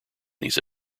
these